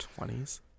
20s